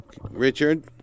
Richard